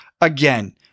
Again